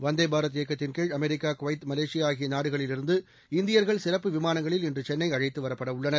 வந்தேபாரத் இயக்கத்தின்கீழ் America Kuwait Malaysia ஆகிய நாடுகளிலிருந்து இந்தியர்கள் சிறப்பு விமானங்களில் இன்று சென்னை அழைத்து வரப்படவுள்ளனர்